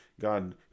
God